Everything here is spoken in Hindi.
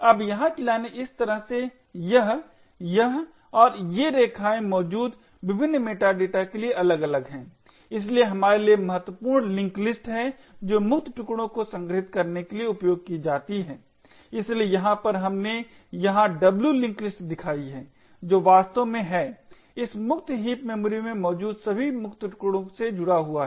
अब यहाँ की लाइनें इस तरह से यह यह और ये रेखाएँ मौजूद विभिन्न मेटा डेटा के लिए अलग अलग हैं इसलिए हमारे लिए महत्वपूर्ण लिंक लिस्ट है जो मुक्त टुकड़ों को संगृहीत करने के लिए उपयोग की जाती हैं इसलिए यहाँ पर हमने यहाँ w लिंक लिस्ट दिखाई हैं जो वास्तव में हैं इस मुक्त हीप मेमोरी में मौजूद सभी मुक्त टुकड़ों से जुड़ा हुआ है